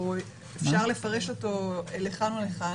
אפשר לפרש אותו לכאן או לכאן.